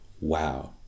Wow